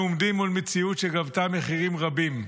אנו עומדים מול מציאות שגבתה מחירים רבים,